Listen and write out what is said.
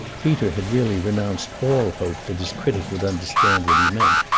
peter had really renounced all hope that his critic would understand what he meant,